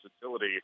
versatility